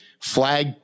flag